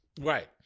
Right